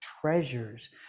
treasures